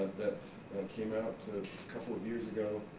that came out a couple of years ago,